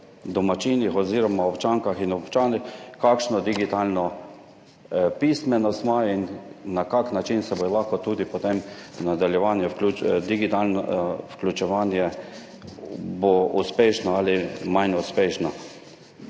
domačinih oziroma občankah in občanih, kakšno digitalno pismenost imajo in na kakšen način bo lahko tudi potem v nadaljevanju digitalno vključevanje uspešno ali manj uspešno.